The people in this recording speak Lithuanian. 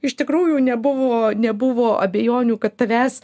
iš tikrųjų nebuvo nebuvo abejonių kad tavęs